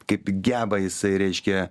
kaip geba jisai reiškia